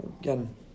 Again